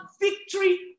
victory